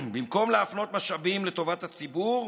במקום להפנות משאבים לטובת הציבור,